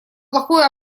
плохое